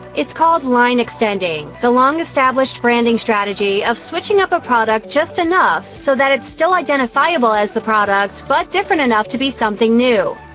it's called line extending, the long established branding strategy of switching up a product just enough so that it's still identifiable as the product, but different enough to be something new.